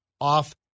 off